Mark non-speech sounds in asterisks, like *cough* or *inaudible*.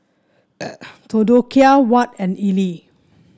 *noise* Theodocia Watt and Elie